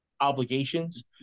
obligations